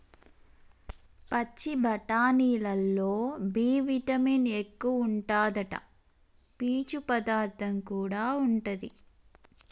పచ్చి బఠానీలల్లో B vitamin ఎక్కువుంటాదట, పీచు పదార్థం కూడా ఉంటది